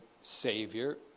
savior